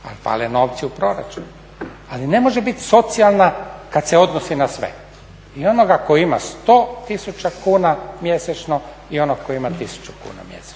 ali … na opciju proračuna. Ali ne može biti socijalna kad se odnosi na sve, i onoga tko ima 100 tisuća kuna mjesečno i onog koji ima 1000 kuna mjesečno.